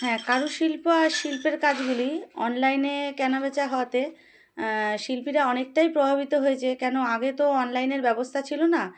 হ্যাঁ কারুশিল্প আর শিল্পের কাজগুলি অনলাইনে কেন বেচা হতে শিল্পীরা অনেকটাই প্রভাবিত হয়েছে কেন আগে তো অনলাইনের ব্যবস্থা ছিল না